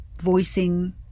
voicing